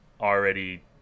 already